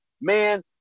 man